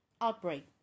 outbreak